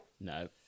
No